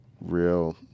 real